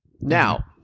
Now